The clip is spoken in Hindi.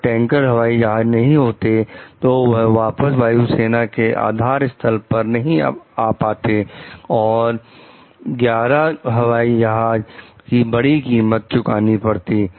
अगर टैंकर हवाई जहाज नहीं होते तो वह वापस वायु सेना के आधार स्थल पर नहीं आ पाते और 11 हवाई जहाज की बड़ी कीमत चुकानी पड़ती